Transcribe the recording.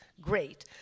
great